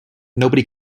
nobody